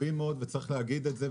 אצל רבים מאוד וצריך להגיד את זה,